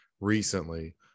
recently